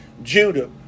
judah